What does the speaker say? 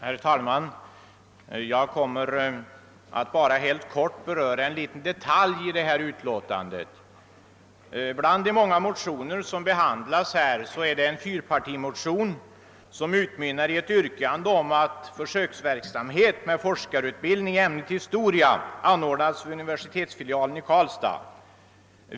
Herr talman! Jag vill bara helt kortfattat beröra en liten detalj i föreliggande utlåtande. Bland de många motioner som behandlas i detta utlåtande finns en fyrpartimotion, som utmynnar i ett yrkande om att försöksverksamhet med forskarutbildning i ämnet historia skall anordnas vid universitetsfilialen i Karlstad.